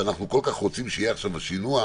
כשאנחנו כל כך רוצים שיהיה עכשיו השינוע,